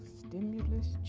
stimulus